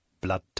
Blood